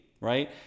right